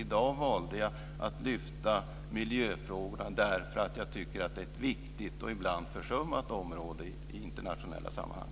I dag valde jag att lyfta fram miljöfrågorna därför att jag tycker att det är ett viktigt och ibland försummat område i internationella sammanhang.